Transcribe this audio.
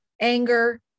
anger